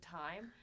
time